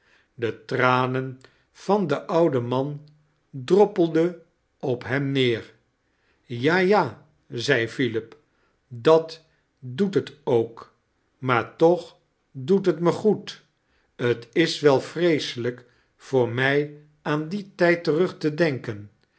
de tranen van den ouden man droppelden op hem neer ja ja zei philip dat doet t ook maar tooh doet t me goed t is wel vreeselijk voor mij aan dien tijd terug te denken